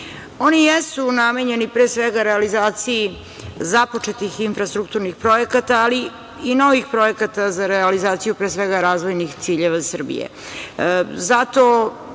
Oni jesu namenjeni pre svega realizaciji započetih infrastrukturnih projekata, ali i novih projekata za realizaciju, pre svega, razvojnih ciljeva Srbije. Zato